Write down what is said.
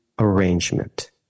Arrangement